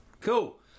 cool